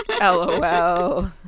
LOL